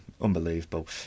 unbelievable